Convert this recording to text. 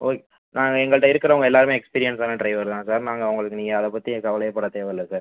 okay நா எங்கள்ட்ட இருக்கிறவங்க எல்லோருமே எக்ஸ்பீரியன்ஸ் ஆன டிரைவர் தான் சார் நாங்கள் அவங்கள் நீங்கள் அதை பற்றி கவலையே பட தேவையில்லை சார்